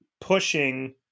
pushing